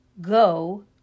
go